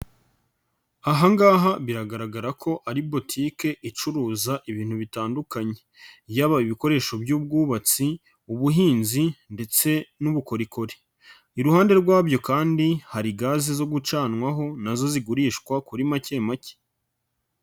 Aha ngaha biragaragara ko ari botike icuruza ibintu bitandukanye, yaba ibikoresho by'ubwubatsi, ubuhinzi ndetse n'ubukorikori. Iruhande rwabyo kandi hari gazi zo gucanwaho na zo zigurishwa kuri make make.